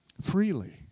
Freely